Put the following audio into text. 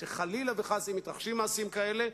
שחלילה וחס אם מתרחשים מעשים כאלה,